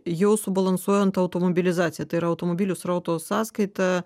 jau subalansuojant automobilizaciją tai yra automobilių srauto sąskaita